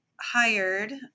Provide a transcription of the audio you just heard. hired